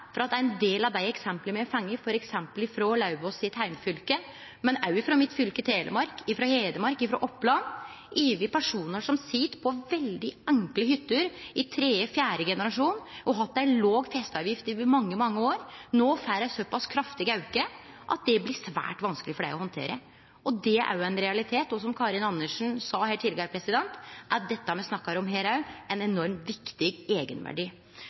for at ein del av dei eksempla me har fått, t.d. frå Lauvås sitt heimfylke, men òg frå mitt fylke, Telemark, og frå Hedmark og Oppland, på personar som sit på veldig enkle hytter i tredje og fjerde generasjon og har hatt ei låg festeavgift over mange, mange år, no får ein såpass kraftig auke at det blir svært vanskeleg for dei å handtere. Det er òg ein realitet. Som Karin Andersen sa her tidlegare: Det me snakkar om her, har ein enormt viktig eigenverdi.